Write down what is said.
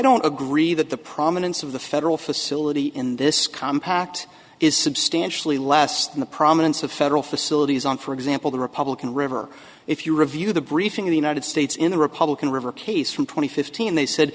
don't agree that the prominence of the federal facility in this compact is substantially less than the prominence of federal facilities on for example the republican river if you review the briefing in the united states in the republican river case from twenty fifteen and they said